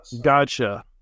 Gotcha